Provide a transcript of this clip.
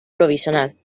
provisional